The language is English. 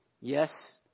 Yes